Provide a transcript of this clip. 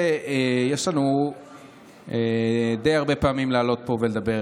יש לנו די הרבה פעמים לעלות לפה ולדבר.